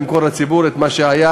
למכור לציבור את מה שהיה.